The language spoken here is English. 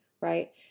right